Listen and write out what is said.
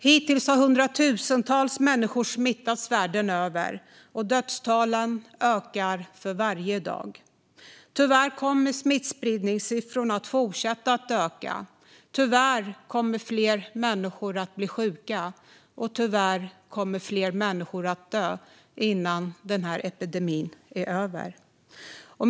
Hittills har hundratusentals människor smittats världen över, och dödstalen ökar för varje dag. Tyvärr kommer smittspridningssiffrorna att fortsätta att öka. Tyvärr kommer fler människor att bli sjuka och dö innan den här epidemin är över.